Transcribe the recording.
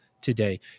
today